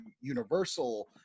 Universal